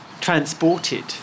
transported